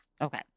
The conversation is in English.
Okay